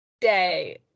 day